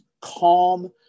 calm